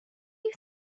you